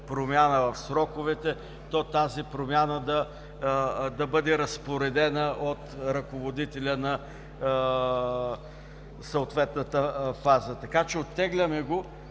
промяна в сроковете, то тази промяна да бъде разпоредена от ръководителя на съответната фаза. Така че оттегляме го,